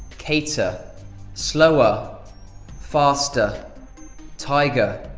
cater slower faster tiger